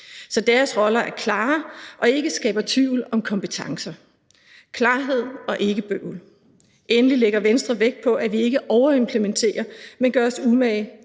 så deres roller er klare og ikke skaber tvivl om kompetencer. Klarhed og ikke bøvl. Endelig lægger Venstre vægt på, at vi ikke overimplementerer, men gør os umage